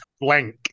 blank